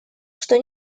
что